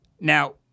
Now